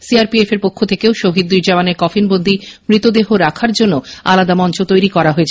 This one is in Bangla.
সিআরপিএফ এর পক্ষ থেকেও শহীদ দুই জওয়ানের কফিনবন্দি মৃতদেহ রাখার জন্য আলাদা মঞ্চ তৈরি করা হয়েছে